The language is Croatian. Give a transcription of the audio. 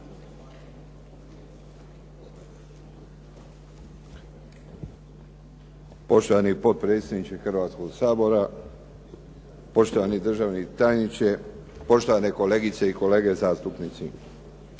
Poštovani potpredsjedniče Hrvatskoga sabora, poštovani državni tajniče, poštovane kolegice i kolege zastupnici.